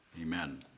amen